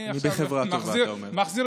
אני בחברה טובה, אתה אומר.